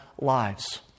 lives